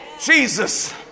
Jesus